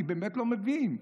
אני באמת לא מבין,